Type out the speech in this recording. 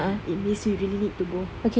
it means we really need to go